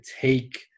take